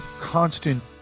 constant